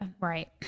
right